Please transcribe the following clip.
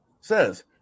says